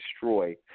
destroy